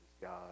God